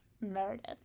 Meredith